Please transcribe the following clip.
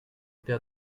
paire